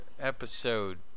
episode